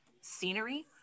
scenery